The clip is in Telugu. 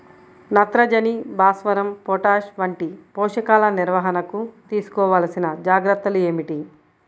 నత్రజని, భాస్వరం, పొటాష్ వంటి పోషకాల నిర్వహణకు తీసుకోవలసిన జాగ్రత్తలు ఏమిటీ?